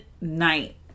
Night